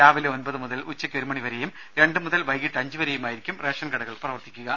രാവിലെ ഒമ്പത് മുതൽ ഉച്ചയ്ക്ക് ഒരു മണിവരെയും രണ്ടു മുതൽ വൈകീട്ട് അഞ്ചു വരെയുമായിരിക്കും റേഷൻ കടകൾ പ്രവർത്തിക്കുക